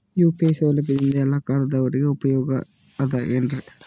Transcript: UPI ಸೌಲಭ್ಯದಿಂದ ಎಲ್ಲಾ ಖಾತಾದಾವರಿಗ ಉಪಯೋಗ ಅದ ಏನ್ರಿ?